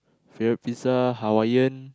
favourite pizza Hawaiian